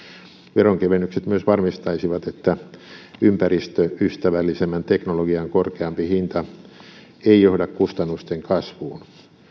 veronkevennykset myös varmistaisivat että ympäristöystävällisemmän teknologian korkeampi hinta ei johda kustannusten kasvuun